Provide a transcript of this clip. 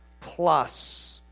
plus